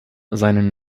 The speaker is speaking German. seinen